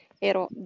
ero